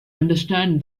understand